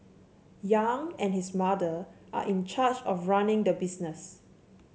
yang and his mother are in charge of running the business